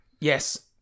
Yes